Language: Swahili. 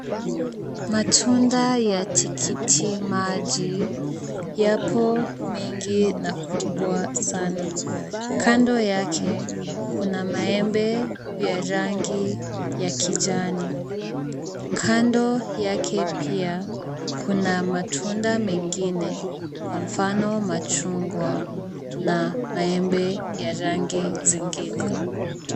Matunda ya tikiti maji yapo mengi na kubwa sana. Kando yake kuna maembe vya rangi ya kijani. Kando yake pia, kuna matunda mengine kwa mfano; machungwa na maembe ya rangi zingine.